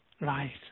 Right